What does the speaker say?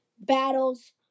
battles